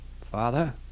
Father